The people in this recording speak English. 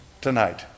Tonight